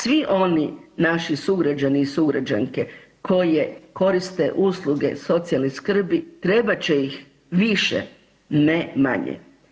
Svi oni, naši sugrađani i sugrađanke koje koriste usluge socijalne skrbi trebat će ih više ne manje.